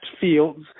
fields